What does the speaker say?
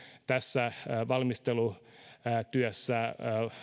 tässä valmistelutyössä